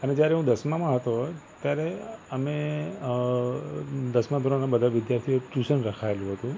અને જયારે હું દસમામાં હતો ત્યારે અમે દસમા ધોરણના બધા વિધાર્થીઓએ ટ્યૂશન રખાવેલું હતું